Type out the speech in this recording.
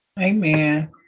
Amen